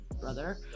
brother